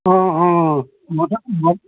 অঁ অঁ অঁ